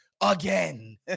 Again